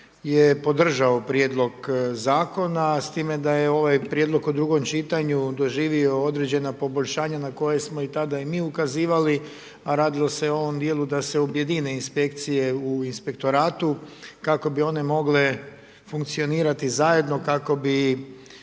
je podržao Prijedlog Zakona, s time da je ovaj Prijedlog u drugom čitanju doživio određena poboljšanja na koje smo i tada i mi ukazivali, a radilo se o ovom dijelu da se objedine inspekcije u inspektoratu, kako bi one mogle funkcionirati zajedno, kako bi